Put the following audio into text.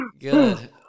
Good